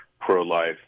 pro-life